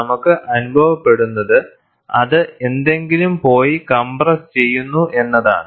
നമുക്ക് അനുഭവപ്പെടുന്നത് അത് എന്തെങ്കിലും പോയി കംപ്രസ്സ് ചെയുന്നു എന്നതാണ്